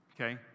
okay